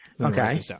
Okay